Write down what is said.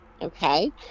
Okay